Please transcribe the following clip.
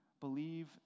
Believe